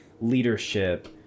Leadership